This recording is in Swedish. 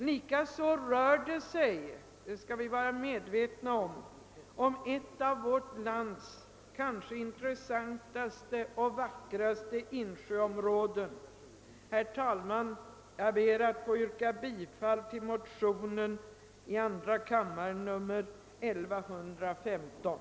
Likaså skall vi vara medvetna om att det gäller ett av vårt lands kanske intressantaste och vackraste insjöområden. Herr talman! Jag ber att få yrka bifall till motionsparet I: 969 och II: 1115.